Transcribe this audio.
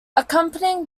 accompanying